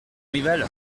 rival